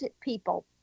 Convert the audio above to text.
people